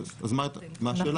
מה השאלה?